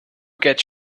gets